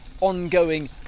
ongoing